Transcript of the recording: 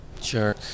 Sure